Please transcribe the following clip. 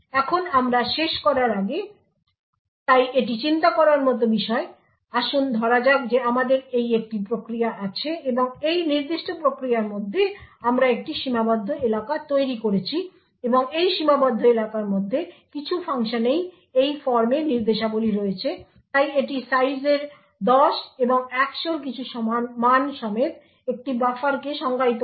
এখন আমরা শেষ করার আগে তাই এটি চিন্তা করার মতো বিষয় তাই আসুন ধরা যাক যে আমাদের এই একটি প্রক্রিয়া আছে এবং এই নির্দিষ্ট প্রক্রিয়ার মধ্যে আমরা একটি সীমাবদ্ধ এলাকা তৈরি করেছি এবং এই সীমাবদ্ধ এলাকার মধ্যে কিছু ফাংশনেই এই ফর্মে নির্দেশাবলী রয়েছে তাই এটি সাইজের 10 এবং 100 এর কিছু মান সমেত একটি বাফারকে সংজ্ঞায়িত করে